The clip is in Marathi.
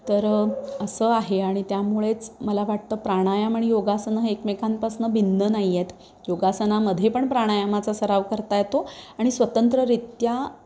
तर असं आहे आणि त्यामुळेच मला वाटतं प्राणायाम आणि योगासनं हे एकमेकांपासनं भिन्न नाही आहेत योगासनामध्ये पण प्राणायामाचा सराव करता येतो आणि स्वतंत्र रित्या